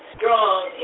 strong